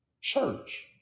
church